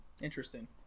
interesting